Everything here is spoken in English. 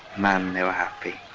man, they were happy.